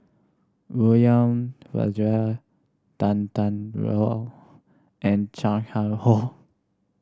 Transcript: William Farquhar Tan Tarn How and Chan Chang How